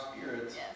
spirits